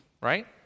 right